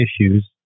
issues